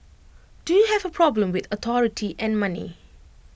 do you have A problem with authority and money